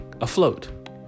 afloat